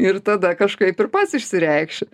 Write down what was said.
ir tada kažkaip ir pats išsireikši